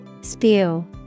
Spew